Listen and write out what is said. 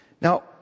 Now